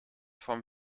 vom